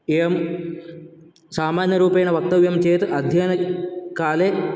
एवं सामान्यरूपेण वक्तव्यं चेत् अध्ययनकाले